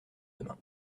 demain